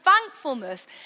thankfulness